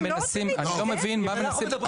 אני לא מבין מה מנסים לתקן?